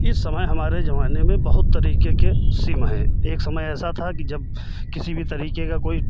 इस समय हमारे जमाने में बहुत तरीके के सीमा है एक समय ऐसा था कि जब किसी भी तरीके का कोई